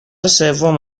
سوم